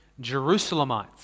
Jerusalemites